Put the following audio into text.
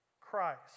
Christ